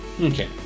Okay